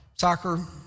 soccer